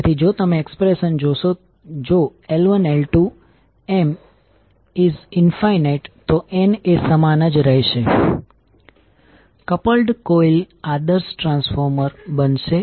તેથી જો તમે એક્સપ્રેશન જોશો જો L1L2M→∞ તો n એ સમાન જ રહેશે કપલ્ડ કોઇલ આદર્શ ટ્રાન્સફોર્મર બનશે